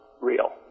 real